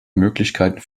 möglichkeiten